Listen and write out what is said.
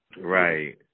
Right